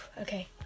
Okay